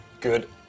good